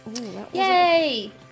Yay